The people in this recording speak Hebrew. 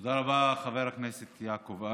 תודה רבה לחבר הכנסת יעקב אשר.